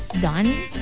done